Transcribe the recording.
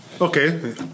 Okay